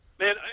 man